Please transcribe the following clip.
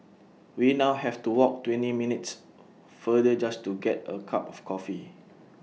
we now have to walk twenty minutes further just to get A cup of coffee